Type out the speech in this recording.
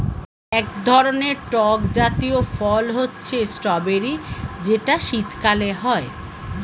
এক ধরনের টক জাতীয় ফল হচ্ছে স্ট্রবেরি যেটা শীতকালে হয়